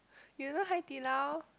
you know Hai-Di-Lao